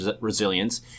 resilience